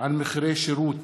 על מחירי שירות